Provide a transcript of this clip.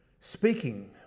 speaking